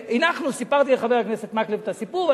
סיפרתי לחבר הכנסת מקלב את הסיפור,